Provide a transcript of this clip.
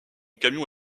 camion